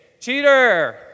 cheater